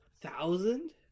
Thousand